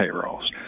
payrolls